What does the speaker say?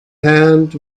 hand